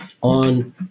on